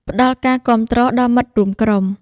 ផ្តល់ការគាំទ្រដល់មិត្តរួមក្រុម។